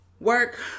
Work